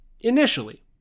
Initially